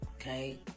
okay